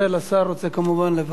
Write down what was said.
השר רוצה כמובן לברך.